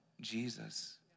Jesus